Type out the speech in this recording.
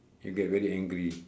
you get very angry